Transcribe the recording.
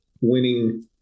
winning